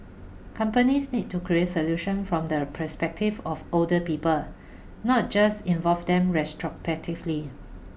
companies need to create solutions from the perspective of older people not just involve them retrospectively